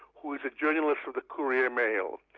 who's a journalist with the courier mail,